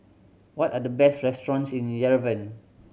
what are the best restaurants in Yerevan